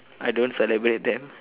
I don't celebrate them